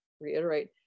reiterate